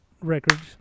Records